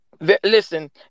listen